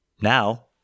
Now